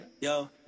Yo